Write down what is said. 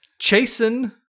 chasen